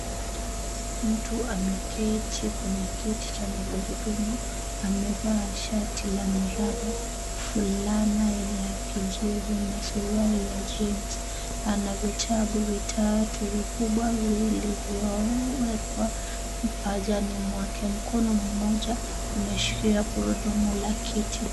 Mtu ameketi kwenye kiti cha magurudumu. Amevaa shati la miraba, fulana ya kijivu na suruali ya jeans . Ana vitabu vitatu vikubwa vilivyowekwa pajani mwake. Mkono mmoja umeshika gurudumu la kiti.